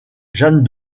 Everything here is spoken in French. jeanne